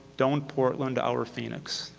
don't portland our phoenix.